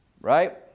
right